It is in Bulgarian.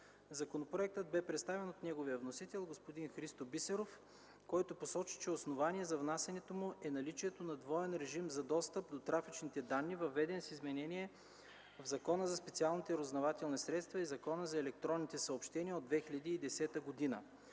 Законопроектът бе представен от неговия вносител. Господин Христо Бисеров посочи, че основание за внасянето му е наличието на двоен режим за достъп до трафичните данни, въведен с измененията в Закона за специалните разузнавателни средства (ЗСРС) и Закона за електронните съобщения (ЗЕС) от 2010 г.